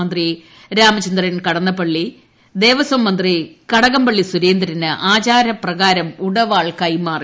മന്ത്രി രാമചന്ദ്രൻ കടന്നപ്പള്ളി ദേവസ്വം മന്ത്രി കടകംപള്ളി സുരേന്ദ്രന് ആചാരപ്രകാരം ഉടവാൾ കൈമാറി